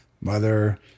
mother